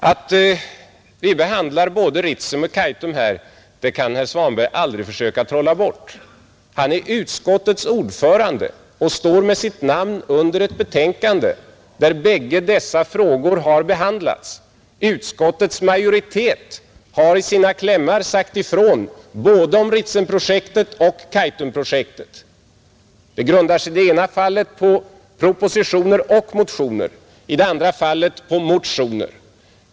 Att vi behandlar både Ritsem och Kaitum här kan herr Svanberg aldrig försöka trolla bort. Han är utskottets ordförande och står med sitt namn under ett betänkande där bägge dessa frågor har behandlats. Utskottets majoritet har i sina klämmar sagt ifrån om både Ritsemprojektet och Kaitumprojektet. Det grundar sig i det ena fallet på propositioner och motioner, i de andra fallet på motioner.